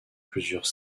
plusieurs